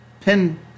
pin